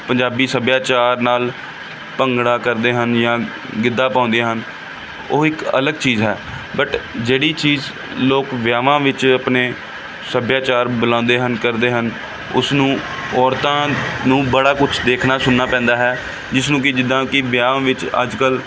ਪੰਜਾਬੀ ਸੱਭਿਆਚਾਰ ਨਾਲ ਭੰਗੜਾ ਕਰਦੇ ਹਨ ਜਾਂ ਗਿੱਧਾ ਪਾਉਂਦੇ ਹਨ ਉਹ ਇੱਕ ਅਲੱਗ ਚੀਜ਼ ਹੈ ਬੱਟ ਜਿਹੜੀ ਚੀਜ਼ ਲੋਕ ਵਿਆਹਾਂ ਵਿੱਚ ਆਪਣੇ ਸੱਭਿਆਚਾਰ ਬੁਲਾਉਂਦੇ ਹਨ ਕਰਦੇ ਹਨ ਉਸਨੂੰ ਔਰਤਾਂ ਨੂੰ ਬੜਾ ਕੁਛ ਦੇਖਣਾ ਸੁਣਨਾ ਪੈਂਦਾ ਹੈ ਜਿਸਨੂੰ ਕਿ ਜਿੱਦਾਂ ਕਿ ਵਿਆਹਾਂ ਵਿੱਚ ਅੱਜ ਕੱਲ੍ਹ